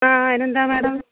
ആ അതിനെന്താ മേഡം